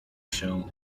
się